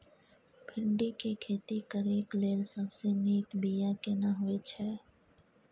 भिंडी के खेती करेक लैल सबसे नीक बिया केना होय छै?